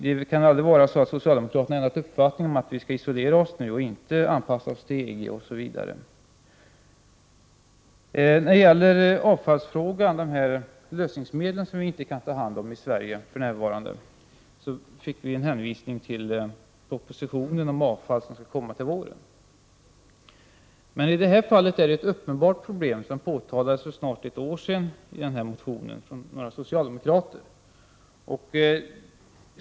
Det kan ju inte vara så att socialdemokraterna har ändrat uppfattning och menar att vi skall isolera oss och inte anpassa oss till EG osv. När det gäller avfallsfrågan och de lösningsmedel som vi för för närvarande inte kan ta hand om i Sverige fick vi en hänvisning till den proposition om avfall som skall komma till våren. I det här fallet är det emellertid fråga om ett uppenbart problem som påtalades för ungefär ett år sedan i motionen av några socialdemokrater.